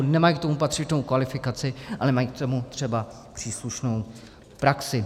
Nemají k tomu patřičnou kvalifikaci a nemají k tomu třeba příslušnou praxi.